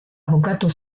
bukatu